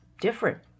different